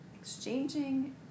exchanging